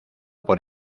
por